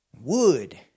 Wood